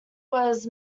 was